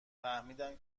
فهمیدم